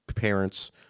parents